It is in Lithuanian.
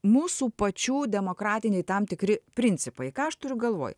mūsų pačių demokratiniai tam tikri principai ką aš turiu galvoj